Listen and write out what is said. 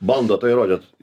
bando tą įrodyt